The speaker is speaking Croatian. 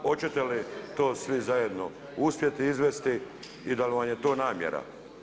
Hoćete li to svi zajedno uspjeti izvesti i dal vam je to namjera?